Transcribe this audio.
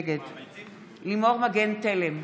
נגד לימור מגן תלם,